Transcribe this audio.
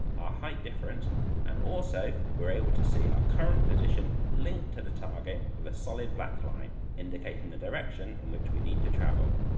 our height difference and also we are able to see our current position linked to the target with a solid black line, indicating the direction in which we need to travel.